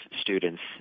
students